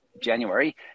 January